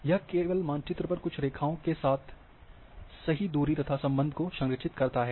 यह केवल मानचित्र पर कुछ रेखाओं के साथ सही दूरी तथा संबंध को संरक्षित करता है